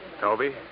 Toby